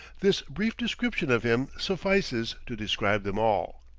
this brief description of him suffices to describe them all.